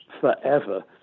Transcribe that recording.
forever